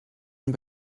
een